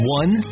one